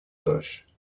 bush